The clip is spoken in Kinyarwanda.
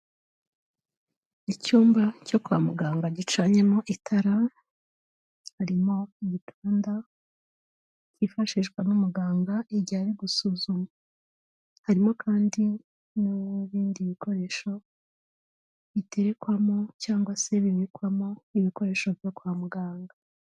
Icyumba cyo kwa muganga gicanyemo itara, harimo ibitanda byifashishwa n'umuganga igihe ari gusuzuma, harimo kandi n'ibindi bikoresho biterekwamo cyangwa se bibikwamo ibikoresho byo kwa muganga.